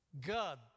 God